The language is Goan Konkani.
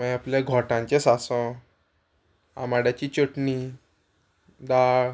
मागीर आपल्या घोटांचें सासांव आमाड्याची चटणी दाळ